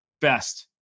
Best